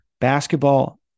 Basketball